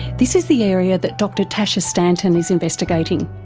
this is the area that dr tasha stanton is investigating.